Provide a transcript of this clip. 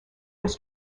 was